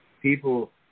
people